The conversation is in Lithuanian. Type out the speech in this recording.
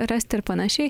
rasti ir panašiai